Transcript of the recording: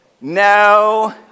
no